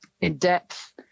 in-depth